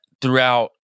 Throughout